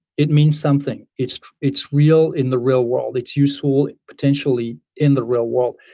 it means something. it's it's real in the real world. it's useful potentially in the real world.